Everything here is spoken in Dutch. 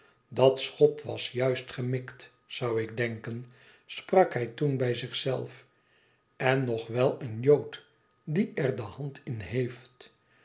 dat schot was juist gemikt zou ik denken sprak hij toen bij zich zelf n nog wel een jood die er de hand in heeft